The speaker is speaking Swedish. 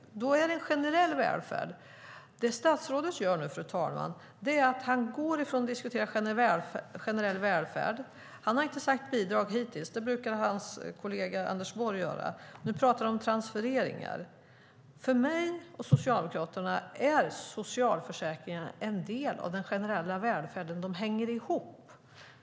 Då är det generell välfärd. Det statsrådet gör nu, fru talman, är att han går ifrån att diskutera generell välfärd. Han har hittills inte sagt "bidrag", som hans kollega Anders Borg brukar göra, utan han pratar om transfereringar. För mig och Socialdemokraterna är socialförsäkringarna en del av den generella välfärden. De hänger ihop.